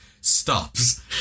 stops